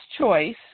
choice